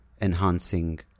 enhancing